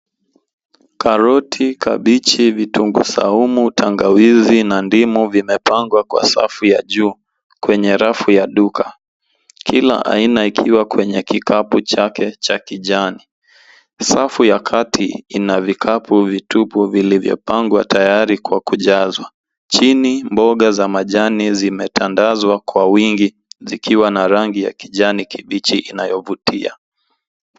Karoti, kabichi, vitunguu saumu, tangawizi na ndimu vimepangwa kwa safu ya juu kwenye rafu ya duka, kila aina ikiwa kwenye kikapu chake cha kijani. Safu ya kati ina vikapu vitupu vilivyopangwa tayari kwa kujazwa. Chini, mboga za majani zimetandazwa kwa wingi zikiwa na rangi ya kijani kibichi inayovutia.